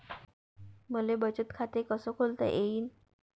मले बचत खाते कसं खोलता येईन?